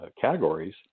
categories